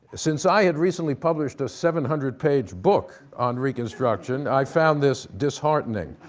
since i had recently published a seven hundred page book on reconstruction, i found this disheartening.